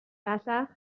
bellach